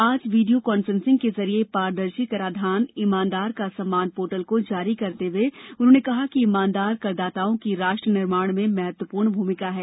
आज video conferencing के जरिए पारदर्शी कराधान ईमानदार का सम्मान पोर्टल को जारी करते हुए उन्होंने कहा कि ईमानदार करदाताओं की राष्ट्र निर्माण में महत्वपूर्ण भूमिका है